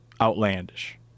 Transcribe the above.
outlandish